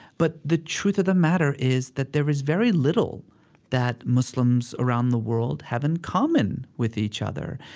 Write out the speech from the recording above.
but the truth of the matter is that there is very little that muslims around the world have in common with each other.